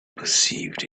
perceived